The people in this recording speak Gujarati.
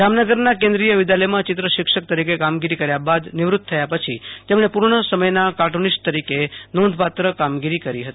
જામનગરના કેન્દ્રિય વિધાલયમાં ચિત્ર શિક્ષક તરીકે કામગીરી કર્યા બાદ નિવૃત થયા પછી તેમણએ પુર્ણ સમયના કાર્ટુંનિસ્ટ તરીકે નોંધપાત્ર કામગીરી કરી છે